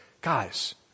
guys